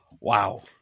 Wow